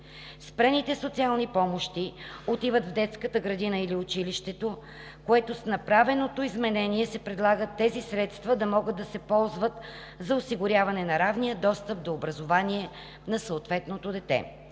Спрените социални помощи отиват в детската градина или училището, като с направеното изменение се предлага тези средства да могат да се ползват за осигуряване на равния достъп до образование на съответното дете.